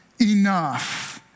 enough